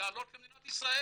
לעלות למדינת ישראל.